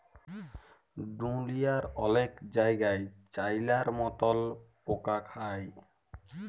দুঁলিয়ার অলেক জায়গাই চাইলার মতল পকা খায়